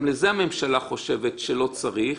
גם לזה הממשלה חושבת שלא צריך,